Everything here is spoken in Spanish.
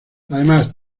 además